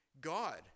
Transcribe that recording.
God